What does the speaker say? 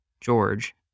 George